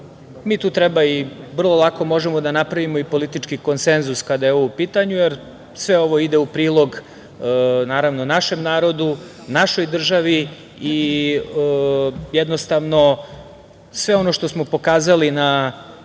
mi tu treba i vrlo lako možemo da napravimo i politički konsenzus kada je ovo u pitanju jer sve ovo ide u prilog naravno našem narodu, našoj državi i jednostavno sve ono što smo pokazali na